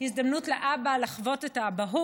גם הזדמנות לאבא לחוות את האבהות.